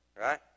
right